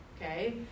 Okay